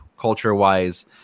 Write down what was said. culture-wise –